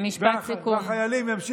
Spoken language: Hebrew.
משפט סיכום.